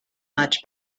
much